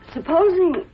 Supposing